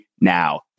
now